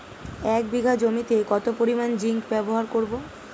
এক বিঘা জমিতে কত পরিমান জিংক ব্যবহার করব?